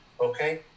Okay